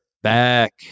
Back